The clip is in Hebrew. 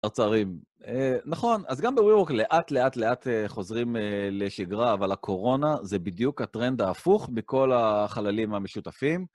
ארצרים. נכון, אז גם ב-we work לאט לאט לאט חוזרים לשגרה, אבל הקורונה זה בדיוק הטרנד ההפוך בכל החללים המשותפים.